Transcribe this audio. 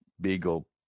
beagle